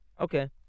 Okay